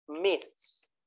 myths